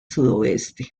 sudoeste